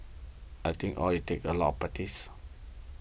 I think all it takes a lot practice